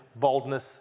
boldness